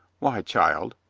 why, child,